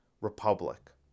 Republic